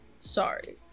sorry